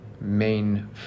main